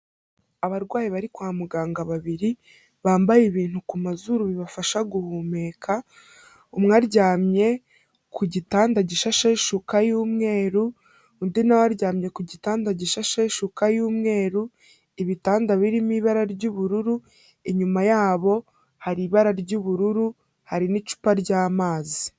Abarwayi bari kwa muganga babiri, bambaye ibintu ku mazuru bibafasha guhumeka, umwe aryamye ku gitanda gisasheho ishuka y'umweru, undi na we aryamye ku gitanda gisasheho ishuka y'umweru, ibitanda biri mu ibara ry'ubururu, inyuma yabo hari ibara ry'ubururu hari n'icupa ry'amazi.